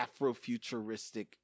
Afrofuturistic